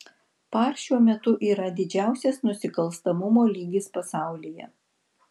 par šiuo metu yra didžiausias nusikalstamumo lygis pasaulyje